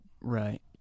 right